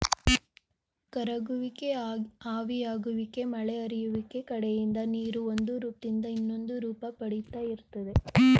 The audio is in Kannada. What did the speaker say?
ಕರಗುವಿಕೆ ಆವಿಯಾಗುವಿಕೆ ಮಳೆ ಹರಿಯುವಿಕೆ ಕಡೆಯಿಂದ ನೀರು ಒಂದುರೂಪ್ದಿಂದ ಇನ್ನೊಂದುರೂಪ ಪಡಿತಾ ಇರ್ತದೆ